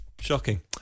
Shocking